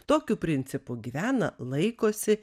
tokiu principu gyvena laikosi